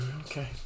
okay